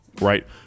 Right